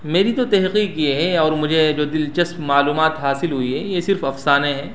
میری تو تحقیق یہ ہے اور مجھے جو دلچسپ معلومات حاصل ہوئی یہ صرف افسانے ہیں